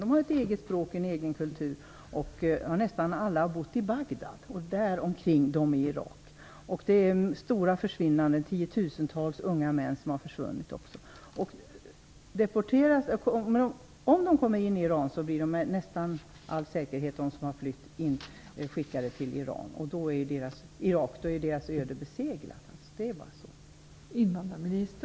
De har ett eget språk, en egen kultur och har nästan alla bott i Bagdad och där omkring. Det handlar om stora försvinnanden, tiotusentals unga män som har försvunnit. Om de kommer in i Iran kommer de med all säkerhet att skickas till Irak. Då är deras öde beseglat. Det är bara så.